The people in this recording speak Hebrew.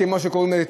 כמו שקוראים לזה,